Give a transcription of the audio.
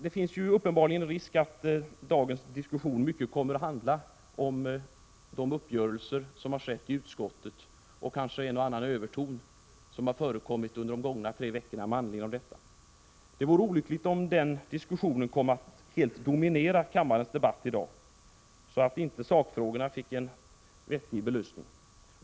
Det finns en uppenbar risk att dagens diskussioner kommer 1 att handla om de uppgörelser som har skett i utskottet och kanske en och annan överton som har förekommit under de gångna tre veckorna med anledning av detta. Det vore olyckligt om sådant kommer att helt dominera kammarens debatt i dag, så att inte sakfrågorna finge en vettig belysning.